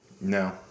No